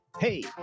hey